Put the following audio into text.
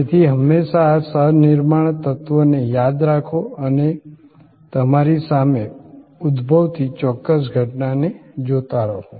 તેથી હંમેશા આ સહ નિર્માણ તત્વને યાદ રાખો અને તમારી સામે ઉદ્ભવતી ચોક્કસ ઘટનાને જોતા રહો